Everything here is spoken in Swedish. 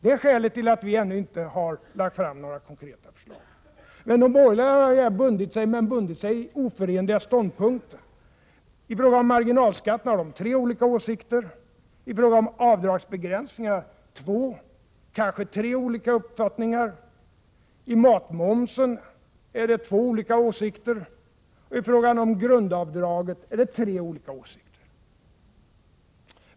Men de borgerliga ha bundit sig i oförenliga ståndpunkter. I fråga om marginalskatten har de tre olika åsikter, i fråga om avdragsbegränsningar två, kanske tre olikt uppfattningar, i fråga om matmomsen två olika åsikter och i fråga om grundavdrag tre olika åsikter.